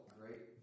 great